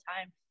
time